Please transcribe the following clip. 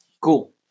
Cool